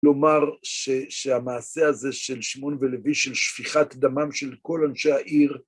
לומר שהמעשה הזה של שמון ולוי, של שפיכת דמם של כל אנשי העיר